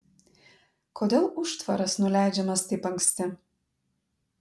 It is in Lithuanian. kodėl užtvaras nuleidžiamas taip anksti